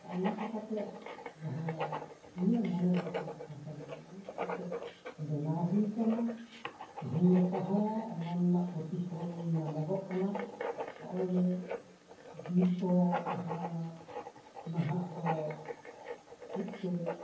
ᱱᱚᱜ ᱱᱚᱝᱠᱟ ᱠᱟᱛᱮᱫ ᱡᱟᱦᱟᱸ ᱤᱧᱟᱹᱜ ᱢᱚᱱᱮᱨᱮ ᱠᱩᱠᱢᱩ ᱛᱟᱦᱮᱸ ᱠᱟᱱᱟ ᱱᱚᱜᱼᱚ ᱱᱚᱝᱠᱟ ᱠᱟᱛᱮᱫ ᱵᱮᱱᱟᱣ ᱦᱩᱭ ᱟᱠᱟᱱᱟ ᱛᱮᱦᱤᱧ ᱜᱟᱯᱟ ᱦᱚᱸ ᱚᱱᱟ ᱨᱮᱱᱟᱜ ᱯᱨᱚᱛᱤᱯᱷᱚᱞᱚᱱ ᱧᱟᱢᱚᱜᱚᱜ ᱠᱟᱱᱟ ᱱᱚᱜᱼᱚᱭᱡᱮ ᱵᱤᱨ ᱠᱚ ᱡᱟᱦᱟᱸ ᱱᱟᱦᱟᱜ ᱫᱚ ᱢᱤᱫᱴᱮᱱ